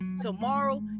tomorrow